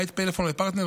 למעט פלאפון ופרטנר,